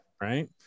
right